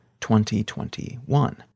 2021